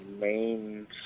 main